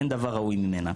אין דבר ראוי ממנה,